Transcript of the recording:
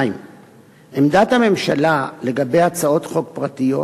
2. עמדת הממשלה לגבי הצעות חוק פרטיות